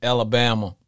Alabama –